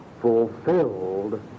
fulfilled